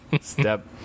step